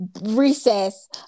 recess